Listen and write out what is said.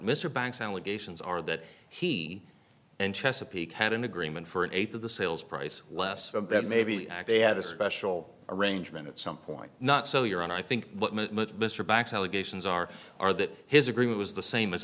mr banks allegations are that he and chesapeake had an agreement for an eighth of the sales price less of that maybe act they had a special arrangement at some point not so you're on i think what mr bax allegations are are that his agreement was the same as